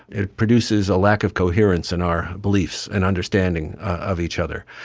it produces a lack of coherence in our beliefs and understanding of each other.